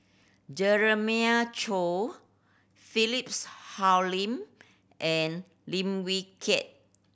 Jeremiah Choy Philips Hoalim and Lim Wee Kiak